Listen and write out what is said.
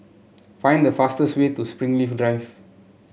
find the fastest way to Springleaf Drive